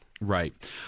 Right